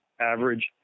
average